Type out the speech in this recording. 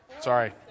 Sorry